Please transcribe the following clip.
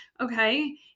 okay